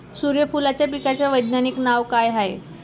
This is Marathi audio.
सुर्यफूलाच्या पिकाचं वैज्ञानिक नाव काय हाये?